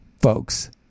folks